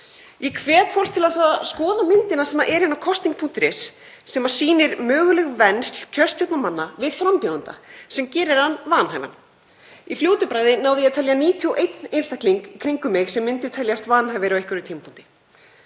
Ég hvet fólk til að skoða myndina sem er inni á kosning.is sem sýnir möguleg vensl kjörstjórnarmanna við frambjóðanda sem gera þá vanhæfa. Í fljótu bragði náði ég að telja 91 einstakling í kringum mig sem myndi teljast vanhæfur á einhverjum tímapunkti.